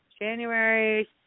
January